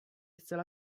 zcela